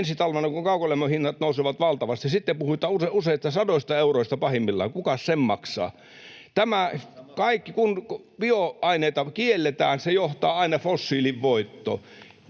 Ensi talvena, kun kaukolämmön hinnat nousevat valtavasti, puhutaan useista sadoista euroista pahimmillaan. Kukas sen maksaa? [Petri Huru: Kansa maksaa!] Kun bioaineita kielletään, se johtaa aina fossiilin voittoon.